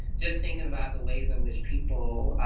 just thinking about the ways in which people